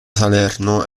salerno